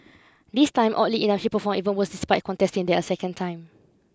this time oddly enough she performed even worse despite contesting there a second time